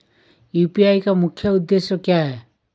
UPI का मुख्य उद्देश्य क्या है?